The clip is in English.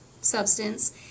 substance